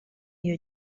iyo